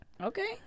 Okay